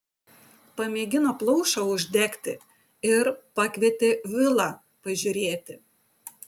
pamėgino plaušą uždegti ir pakvietė vilą pažiūrėti